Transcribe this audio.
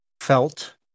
felt